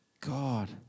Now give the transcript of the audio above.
God